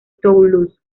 toulouse